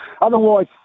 otherwise